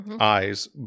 eyes